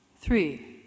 Three